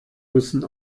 müssen